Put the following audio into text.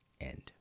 End